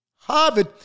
Harvard